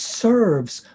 serves